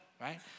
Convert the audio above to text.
right